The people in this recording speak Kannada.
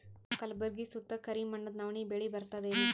ನಮ್ಮ ಕಲ್ಬುರ್ಗಿ ಸುತ್ತ ಕರಿ ಮಣ್ಣದ ನವಣಿ ಬೇಳಿ ಬರ್ತದೇನು?